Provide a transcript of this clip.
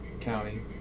County